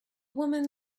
woman